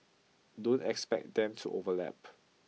don't expect them to overlap